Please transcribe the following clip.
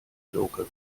joker